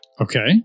Okay